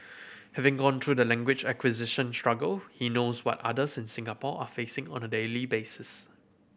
having gone through the language acquisition struggle he knows what others in Singapore are facing on a daily basis